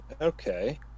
Okay